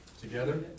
Together